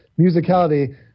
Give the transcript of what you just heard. musicality